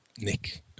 Nick